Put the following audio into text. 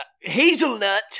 hazelnut